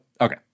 okay